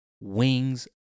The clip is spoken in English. wings